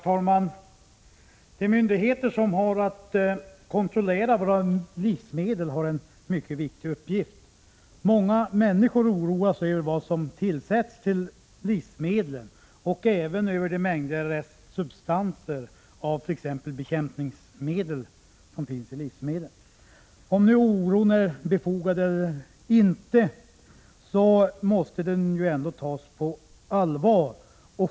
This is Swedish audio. Herr talman! De myndigheter som har att kontrollera våra livsmedel har en mycket viktig uppgift. Många människor oroas över vad som tillsätts i livsmedlen och även över de mängder restsubstanser av t.ex. bekämpningsmedel som finns kvar i dem. Vare sig oron är befogad eller inte måste den tas på allvar.